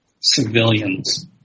civilians